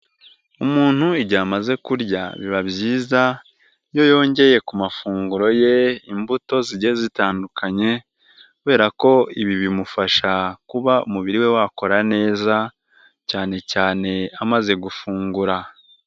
Umuntu igihe amaze kurya biba byiza iyo yongeye ku mafunguro ye imbuto zigiye zitandukanye kubera ko ibi bimufasha kuba umubiri we wakora neza cyane cyane amaze gufungura.